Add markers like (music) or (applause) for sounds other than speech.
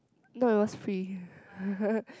no it was free (laughs)